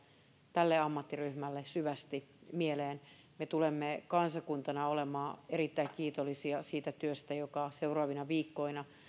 tälle ammattiryhmälle syvästi mieleen me tulemme kansakuntana olemaan erittäin kiitollisia siitä työstä joka seuraavina viikkoina